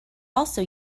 also